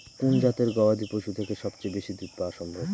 কোন জাতের গবাদী পশু থেকে সবচেয়ে বেশি দুধ পাওয়া সম্ভব?